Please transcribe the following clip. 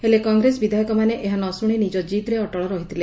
ହେଲେ କଂଗ୍ରେସ ବିଧାୟକମାନେ ଏହା ନ ଶୁଶି ନିଜ ଜିଦରେ ଅଟଳ ରହିଥିଲେ